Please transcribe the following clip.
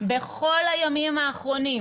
בכל הימים האחרונים,